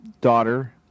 daughter